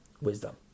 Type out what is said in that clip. wisdom